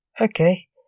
Okay